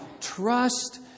trust